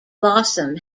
blossom